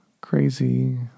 crazy